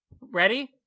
Ready